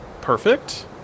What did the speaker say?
Perfect